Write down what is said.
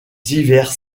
hivers